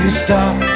stop